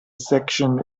section